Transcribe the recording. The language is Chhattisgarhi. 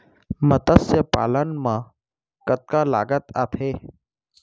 मतस्य पालन मा कतका लागत आथे?